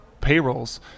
payrolls